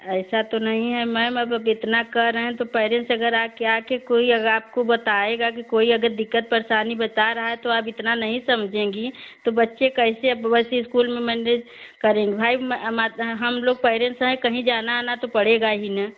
ऐसा तो नहीं है मैम अब इतना कह रहे हैं तो पैरेंस अगर आकर आकर कोई अगर आपको बताएगा कि कोई अगर दिक्कत परेशानी बता रहा है तो आप इतना नहीं समझेंगी तो बच्चे कैसे अब वैसे स्कूल में मैनेज करेंगे भाई हम लोग पेरेंस हैं कहीं जाना आना तो पड़ेगा ही न